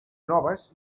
noves